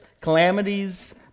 calamities